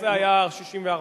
איך זה היה 64 שנים?